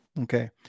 Okay